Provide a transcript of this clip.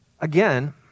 Again